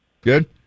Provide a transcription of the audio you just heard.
Good